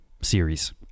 series